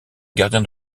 gardien